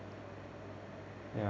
ya